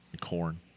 Corn